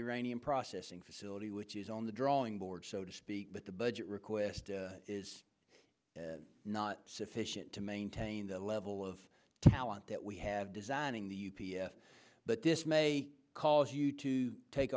uranium processing facility which is on the drawing board so to speak but the budget request is not sufficient to maintain the level of talent that we have designing the u p a but this may cause you to take